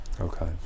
Okay